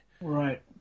Right